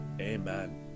Amen